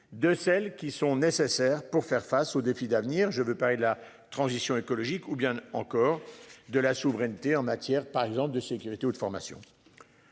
de celles qui sont nécessaires pour faire face aux défis d'avenir je veux parler de la transition écologique ou bien encore de la souveraineté en matière par exemple de sécurité ou de formation.